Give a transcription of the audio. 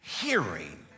hearing